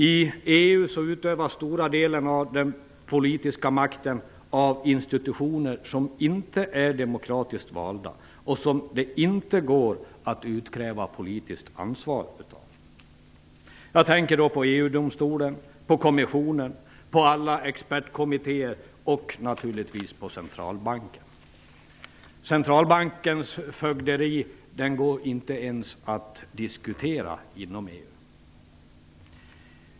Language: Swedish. I EU utövas en stor del av den politiska makten av institutioner som inte är demokratiskt valda och som det inte går att utkräva politiskt ansvar av. Jag tänker då på EU-domstolen, kommissionen, alla expertkommittéer och, naturligtvis, centralbanken. Centralbankens fögderi går det inte ens att diskutera inom EU.